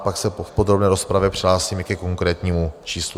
Pak se v podrobné rozpravě přihlásím i ke konkrétnímu číslu.